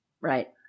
Right